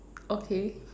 okay